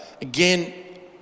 again